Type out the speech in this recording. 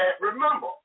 remember